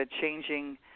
changing